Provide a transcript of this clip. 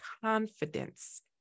confidence